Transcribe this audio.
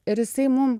ir jisai mum